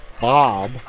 Bob